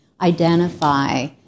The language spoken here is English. identify